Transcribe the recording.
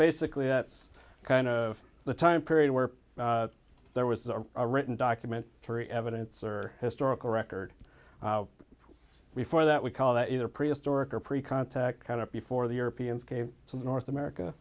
basically that's kind of the time period where there was a written document three evidence or historical record before that we call that either prehistoric or pre contact kind of before the europeans came to north america